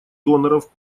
доноров